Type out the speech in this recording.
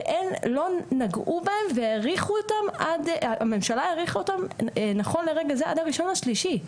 שלא נגעו בהן והממשלה האריכה אותן נכון לרגע זה עד ה-1.3.